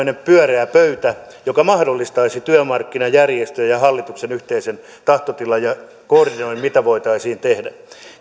pyöreä pöytä joka mahdollistaisi työmarkkinajärjestöjen ja hallituksen yhteisen tahtotilan ja koordinoinnin mitä voitaisiin tehdä